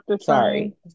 Sorry